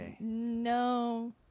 No